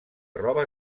roba